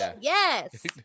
Yes